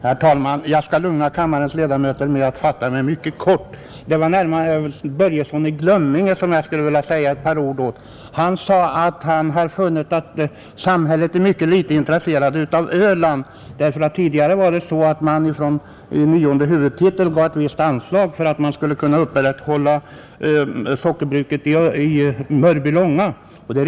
Herr talman! Jag skall lugna kammarens ledamöter med att fatta mig mycket kort. Det är närmast herr Börjesson i Glömminge som jag skulle vilja säga ett par ord till. Han sade sig ha funnit att samhället är mycket litet intresserat av Öland, Tidigare fick man ett visst anslag från nionde huvudtiteln för att kunna upprätthålla sockerbruket i Mörbylånga.